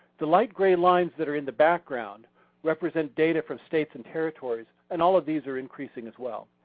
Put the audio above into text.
the light gray lines that are in the background represent data from states and territories and all of these are increasing as well.